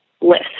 list